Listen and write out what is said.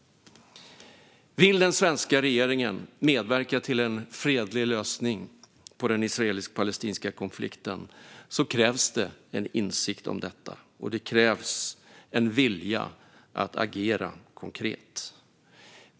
Vill den svenska regeringen medverka till en fredlig lösning på den israelisk-palestinska konflikten krävs det en insikt om detta och en vilja att agera konkret.